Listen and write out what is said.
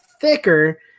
thicker